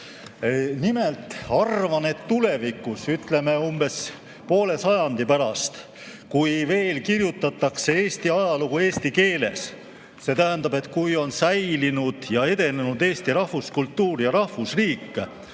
Nimelt, ma arvan, et tulevikus umbes poole sajandi pärast, kui veel kirjutatakse Eesti ajalugu eesti keeles, see tähendab, et kui on säilinud ja edenenud eesti rahvuskultuur ja rahvusriik,